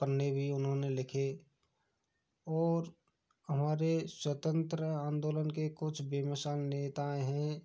पन्ने भी उन्होंने लिखे और हमारे स्वतंत्रता आंदोलन के कुछ बेमिसाल नेताएं हैं